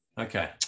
Okay